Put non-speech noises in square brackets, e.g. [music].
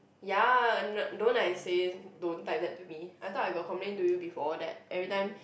ya [noise] don't I say don't type that to me I thought I got complain to you before that every time